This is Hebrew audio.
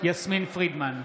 יסמין פרידמן,